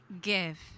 give